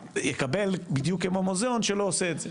יקבל בדיוק כמו מוזיאון שלא עושה את זה.